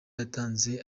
yatanze